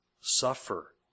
suffer